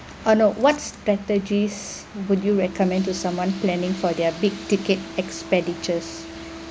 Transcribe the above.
uh no what strategies would you recommend to someone planning for their big ticket expenditures